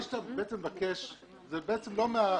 מה שאתה מבקש זה לא מהפקידות.